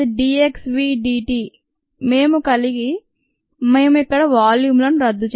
అది d x v dt మేము కలిగి మేము ఇక్కడ వాల్యూమ్లను రద్దు